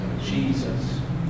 Jesus